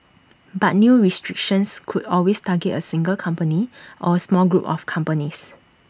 but new restrictions could always target A single company or A small group of companies